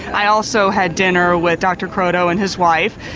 i also had dinner with dr. kroto and his wife.